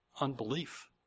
Unbelief